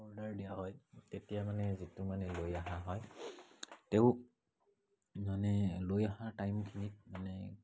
order দিয়া হয় তেতিয়া মানে যিটো মানে লৈ অহা হয় তেওঁ মানে লৈ অহাৰ টাইমখিনিত মানে